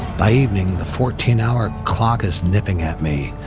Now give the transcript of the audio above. by evening the fourteen-hour clock is nipping at me,